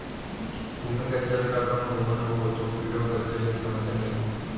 भूमिगत जल का कम गोहन हो तो पीढ़ियों तक जल की समस्या नहीं होगी